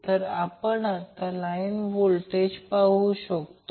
तर आता आपण लाईन व्होल्टेज पाहू शकतो